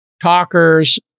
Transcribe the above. talkers